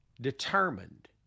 determined